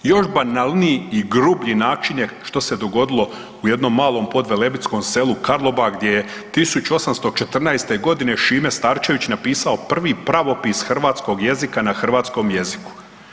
Još banalniji i grublji način je što se dogodilo u jednom malom podvelebitskom selu Karlobag gdje je 1814. godine Šime Starčević napisao prvi pravopis hrvatskog jezika na hrvatskom jeziku.